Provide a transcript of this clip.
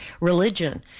religion